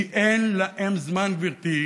כי אין להם זמן, גברתי.